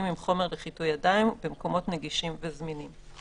עם חומר לחיטוי ידיים במקומות נגישים וזמינים.